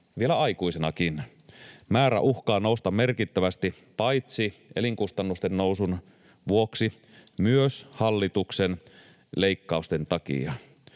vielä aikuisenakin. Määrä uhkaa nousta merkittävästi paitsi elinkustannusten nousun vuoksi myös hallituksen leik-kausten takia.